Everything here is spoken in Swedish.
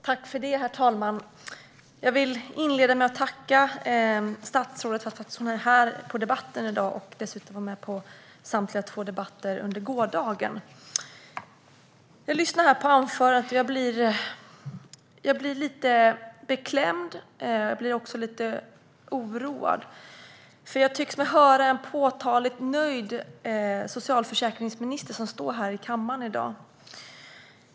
Herr talman! Jag vill inleda med att tacka statsrådet för att hon deltar i debatten i dag och dessutom var med i debatterna under gårdagen. Jag lyssnade på statsrådets anförande, och jag blev lite beklämd. Jag blev också lite oroad. Jag tyckte mig nämligen höra att det är en påtagligt nöjd socialförsäkringsminister som står här i kammaren i dag.